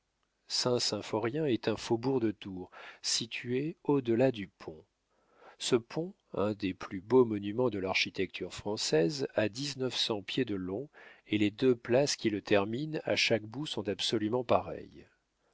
est un faubourg de tours situé au delà du pont ce pont un des plus beaux monuments de l'architecture française a dix-neuf cents pieds de long et les deux places qui le terminent à chaque bout sont absolument pareilles